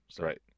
Right